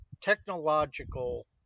technological